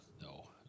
No